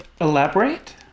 elaborate